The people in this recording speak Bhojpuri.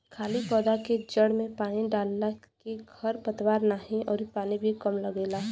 खाली पौधा के जड़ में पानी डालला के खर पतवार नाही अउरी पानी भी कम लगेला